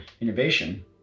innovation